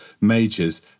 majors